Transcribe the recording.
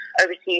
overseas